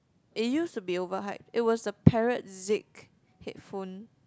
it used to be overhyped it was the headphone